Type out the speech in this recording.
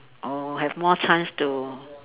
or have more chance to